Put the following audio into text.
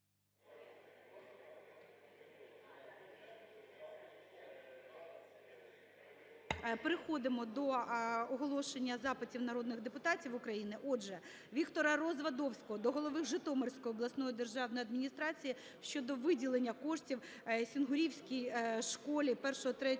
Переходимо до оголошення запитів народних депутатів України. Отже, ВіктораРазвадовського до голови Житомирської обласної державної адміністрації щодо виділення коштів Сінгурівській школі І-ІІІ